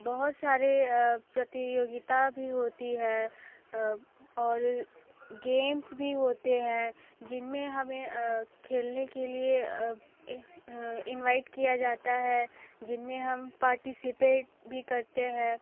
बहुत सारे प्रतियोगिता भी होती है और गेम्स भी होते हैं जिनमें हमें खेलने के लिए इनवाइट किया जाता है जिनमें हम पार्टिसिपेट भी करते हैं